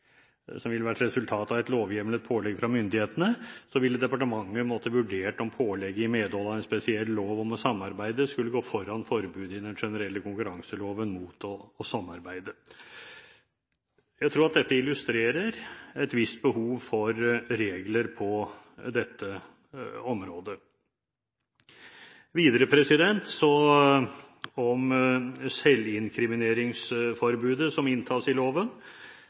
som ville vært resultatet av et lovhjemlet pålegg fra myndighetene, ville departementet måtte vurdert om pålegget i medhold av en spesiell lov om å samarbeide skulle gå foran forbudet i den generelle konkurranseloven mot å samarbeide. Jeg tror at dette illustrerer et visst behov for regler på dette området. Videre om selvinkrimineringsforbudet som inntas i loven.